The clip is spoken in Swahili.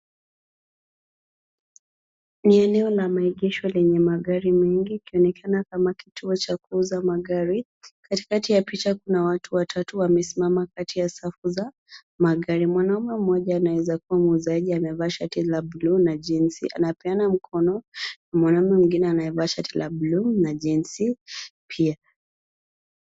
Ni eneo la maegesho lenye magari mengi kuonekana kama kituo cha kuuza magari. Katikati ya picha kuna watu watatu wamesimama kati ya safu za magari. Mwanamume mmoja anaweza kuwa muuzaji amevaa shati la bluu na jeans anapeana mkono na mwanamume mwingine anayevaa shati la bluu na jeans pia.